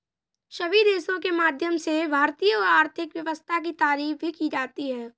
सभी देशों के माध्यम से भारतीय आर्थिक व्यवस्था की तारीफ भी की जाती है